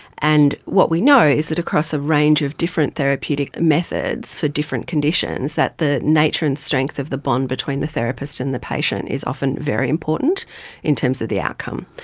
and what we know is that across a range of different therapeutic methods for different conditions, that the nature and strength of the bond between the therapist and the patient is often very important in terms of the outcome.